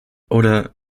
oder